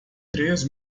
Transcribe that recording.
três